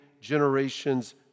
generations